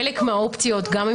חלק מהאופציות, גם אם